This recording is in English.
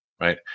Right